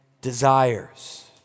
desires